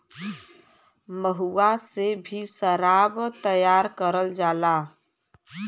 महुआ से भी सराब तैयार करल जाला